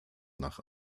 nach